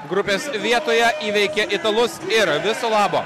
grupės vietoje įveikė italus ir viso labo